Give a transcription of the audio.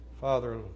Father